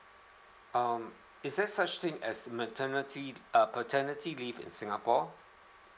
um is there such thing as maternity uh paternity leave in singapore